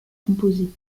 composés